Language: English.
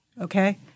okay